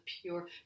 pure